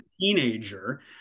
teenager